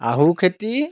আহু খেতি